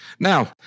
Now